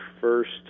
first